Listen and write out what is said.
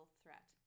threat